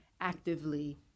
actively